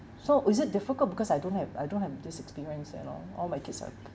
so is it difficult because I don't have I don't have this experience you know all my kids are